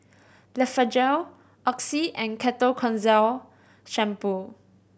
Blephagel Oxy and Ketoconazole Shampoo